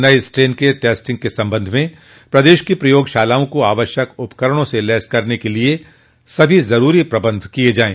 नये स्ट्रेन के टेस्टिंग के संबंध में प्रदेश की प्रयोगशालाओं को आवश्यक उपकरणों से लैस करने के लिये जरूरी प्रबंध किये जाये